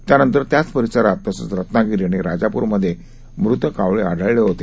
त्यानंतरत्याचपरिसरात तसंचरत्नागिरीआणिराजापूरमध्येमृतकावळेआढळलेहोते